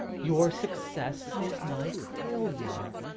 your success is my failure.